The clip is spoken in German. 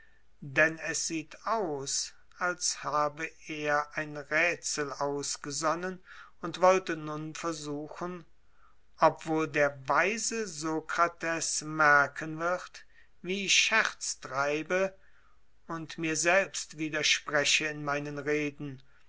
denn es sieht aus als habe er ein rätsel ausgesonnen und wollte nun versuchen ob wohl der weise sokrates merken wird wie ich scherz treibe und mir selbst widerspreche in meinen reden